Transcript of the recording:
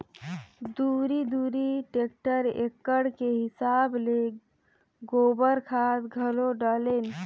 दूरी दूरी टेक्टर एकड़ के हिसाब ले गोबर खाद घलो डालेन